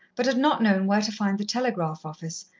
but had not known where to find the telegraph office,